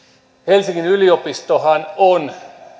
helsingin yliopistohan on